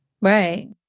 right